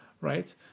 right